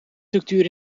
structuur